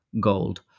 gold